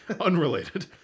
Unrelated